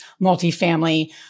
multifamily